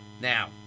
now